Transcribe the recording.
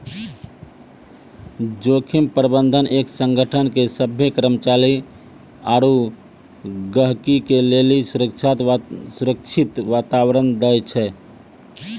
जोखिम प्रबंधन एक संगठन के सभ्भे कर्मचारी आरू गहीगी के लेली सुरक्षित वातावरण दै छै